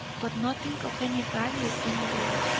but nothing of any value anywhere,